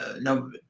no